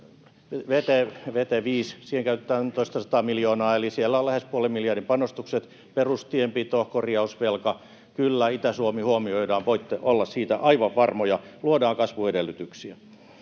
siihen käytetään toistasataa miljoonaa, eli siellä on lähes puolen miljardin panostukset. Perustienpito, korjausvelka. Kyllä Itä-Suomi huomioidaan, voitte olla siitä aivan varmoja. Luodaan kasvuedellytyksiä.